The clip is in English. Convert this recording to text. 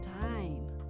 time